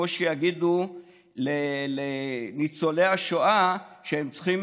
זה כמו שיגידו לניצולי השואה שהם צריכים